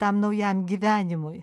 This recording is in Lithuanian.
tam naujam gyvenimui